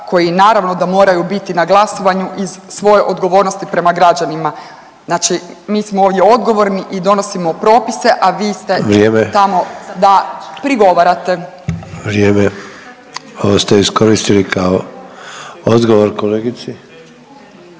koji naravno da moraju biti na glasovanju iz svoje odgovornosti prema građanima. Znači mi smo ovdje odgovorni i donosimo propise, a vi ste … …/Upadica Sanader: Vrijeme./… … tamo da prigovarate.